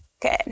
Good